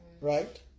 right